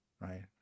right